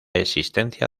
existencia